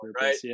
right